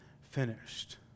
finished